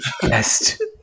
best